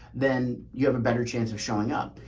then you have a better chance of showing up.